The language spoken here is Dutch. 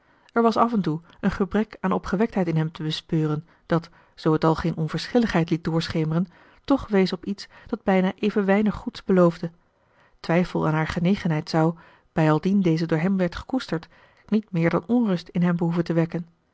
er was af en toe een gebrek aan opgewektheid in hem te bespeuren dat zoo het al geen onverschilligheid liet doorschemeren toch wees op iets dat bijna even weinig goeds beloofde twijfel aan haar genegenheid zou bijaldien deze door hem werd gekoesterd niet meer dan onrust in hem behoeven te wekken